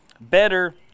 better